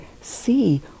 see